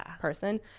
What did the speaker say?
person